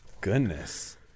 goodness